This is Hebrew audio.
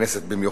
ובכנסת במיוחד.